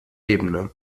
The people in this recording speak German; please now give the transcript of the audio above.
ebene